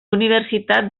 universitat